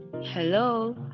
Hello